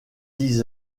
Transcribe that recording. dix